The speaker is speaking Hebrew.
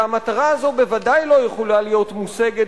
והמטרה הזאת בוודאי לא יכולה להיות מושגת